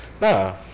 Nah